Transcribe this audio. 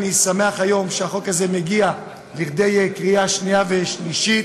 אני שמח היום שהחוק הזה מגיע לקריאה שנייה ושלישית.